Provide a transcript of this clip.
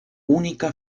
única